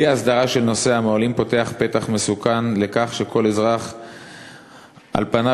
אי-הסדרה של נושא המוהלים פותחת פתח מסוכן לכך שכל אזרח על פניו